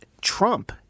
Trump